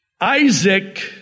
Isaac